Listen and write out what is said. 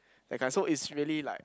that kind so is really like